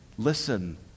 Listen